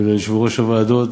וליושבי-ראש הוועדות,